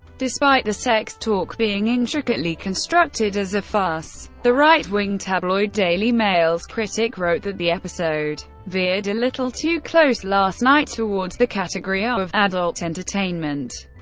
despite the sex-talk, being intricately constructed as a farce. the right-wing tabloid daily mails critic wrote that the episode veered a little too close last night towards the category ah of adult entertainment,